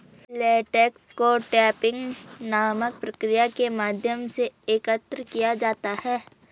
latex को tapping नामक प्रक्रिया के माध्यम से एकत्र किया जाता है